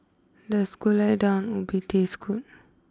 does Gulai Daun Ubi taste good